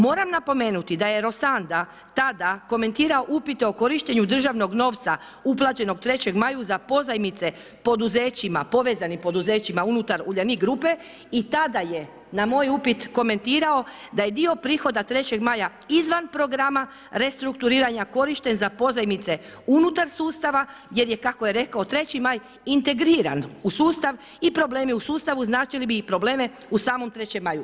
Moram napomenuti da je Rossanda tada komentirao upite o korištenju državnog novca uplaćenog Trećem Maju za pozajmice poduzećima, povezanim poduzećima unutar Uljanik grupe i tada je na moj upit komentirao da je dio prihoda Trećeg Maja izvan programa restrukturiranja korišten za pozajmice unutar sustava jer je kako je rekao Treći Maj integriran u sustav i problemi u sustavu značili bi i probleme u samom Trećem Maju.